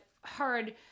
heard